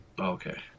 Okay